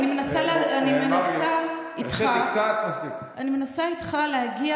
אני מנסה איתך להגיע